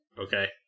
okay